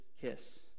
kiss